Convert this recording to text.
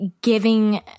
giving